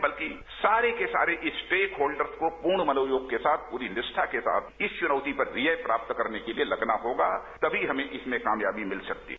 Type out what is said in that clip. बल्कि सारे के सारे स्टेट होल्डर्स को पूर्ण मनोयोग के साथ पूरी निष्ठ के साथ इस चुनौती पर विजय प्राप्त करने के लिए लगना होगा तभी इसमें हमें कामयाबी मिल सकती है